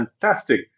fantastic